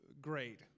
great